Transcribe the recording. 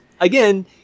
again